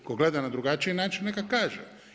Tko gleda na drugačiji način neka kaže.